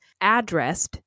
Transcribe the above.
addressed